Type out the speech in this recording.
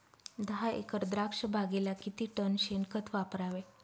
दहा एकर द्राक्षबागेला किती टन शेणखत वापरावे?